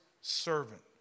servant